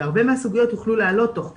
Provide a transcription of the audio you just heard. והרבה מהסוגיות יוכלו לעלות תוך כדי.